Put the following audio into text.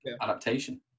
adaptation